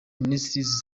ministries